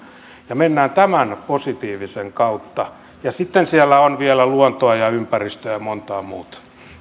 ja mennään tämän positiivisen kautta sitten siellä on vielä luontoa ja ympäristöä ja montaa muuta